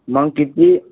मग किती